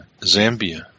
Zambia